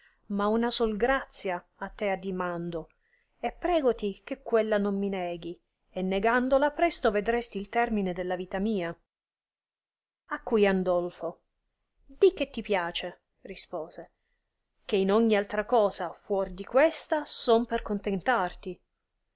ma una sol grazia a te addimando e pregoti che quella non mi neghi e negandola presto vedresti il termine della vita mia a cui andolfo dì che ti piace rispose che in ogni altra cosa fuor in questa son per contentarti